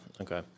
Okay